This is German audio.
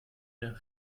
der